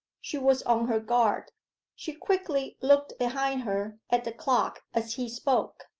she was on her guard she quickly looked behind her at the clock as he spoke,